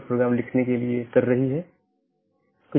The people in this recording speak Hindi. तो इस मामले में यह 14 की बात है